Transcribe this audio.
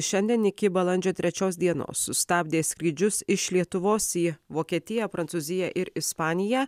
šiandien iki balandžio trečios dienos sustabdė skrydžius iš lietuvos į vokietiją prancūziją ir ispaniją